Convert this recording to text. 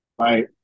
Right